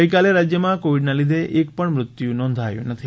ગઈકાલે રાજ્યમાં કોવિડના લીધે એક પણ મૃત્યુ નોંધાયું નથી